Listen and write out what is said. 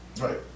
right